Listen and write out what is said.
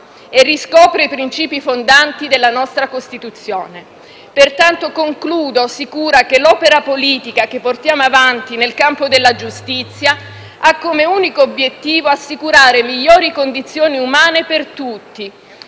e riscopre i princìpi fondanti della nostra Costituzione. Pertanto, concludo sicura che l'opera politica che portiamo avanti nel campo della giustizia ha come unico obiettivo assicurare migliori condizioni umane per tutti,